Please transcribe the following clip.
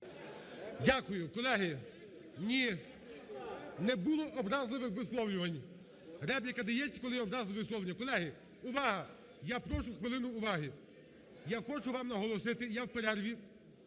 Дякую, колеги. Ні, не було образливих висловлювань. Репліка дається, коли образливі висловлювання. Колеги, увага! Я прошу хвилину уваги. Я хочу вам наголосити, я в перерві